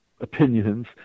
opinions